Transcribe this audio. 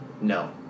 No